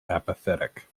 apathetic